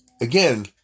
Again